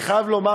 אני חייב לומר,